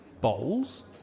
Bowls